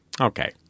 okay